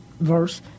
verse